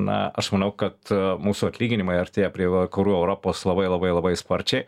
na aš manau kad mūsų atlyginimai artėja prie vakarų europos labai labai labai sparčiai